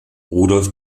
rudolph